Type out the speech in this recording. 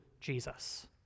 Jesus